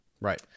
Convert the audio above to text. Right